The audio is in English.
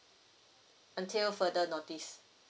until further notice